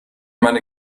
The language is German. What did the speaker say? meine